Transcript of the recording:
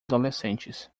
adolescentes